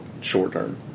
short-term